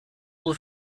will